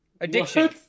Addiction